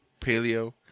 paleo